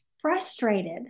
frustrated